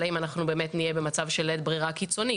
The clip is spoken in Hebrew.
אלא אם באמת נהיה במצב של לית ברירה קיצוני,